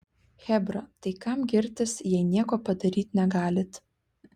chebra tai kam girtis jei nieko padaryt negalit